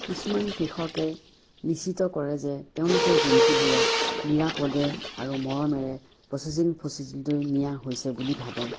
কিছুমান কৃষকে নিশ্চিত কৰে যে তেওঁলোকৰ জন্তুবোৰক নিৰাপদে আৰু মৰমেৰে প্ৰচেছিং প্ৰচিডিউলৈ নিয়া হৈছে বুলি ভাবে